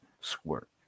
squirt